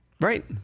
Right